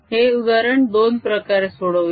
हे उदाहरण दोन प्रकारे सोडवूया